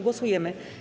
Głosujemy.